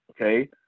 Okay